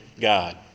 God